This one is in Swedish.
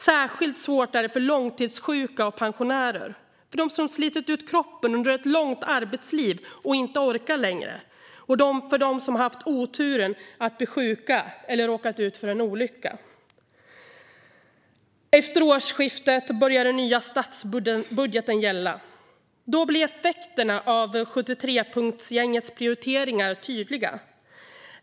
Särskilt svårt är det för pensionärer och långtidssjuka, för dem som slitit ut kroppen under ett långt arbetsliv och inte orkar längre och för dem som har haft oturen att bli sjuka eller råka ut för en olycka. Efter årsskiftet börjar den nya statsbudgeten gälla. Då blir effekterna av 73-punktsgängets prioriteringar tydliga.